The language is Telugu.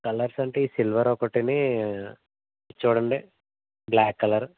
కలర్స్ అంటే సిల్వర్ ఒకటిని ఇది చూడండి బ్ల్యాక్ కలర్